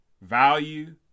value